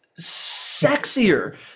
sexier